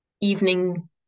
evening